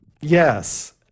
Yes